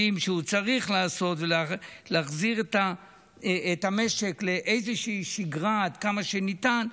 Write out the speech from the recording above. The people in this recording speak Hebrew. שהוא צריך לעשות ולהחזיר את המשק לאיזושהי שגרה עד כמה שניתן.